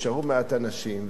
שנשארו מעט אנשים,